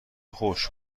خشک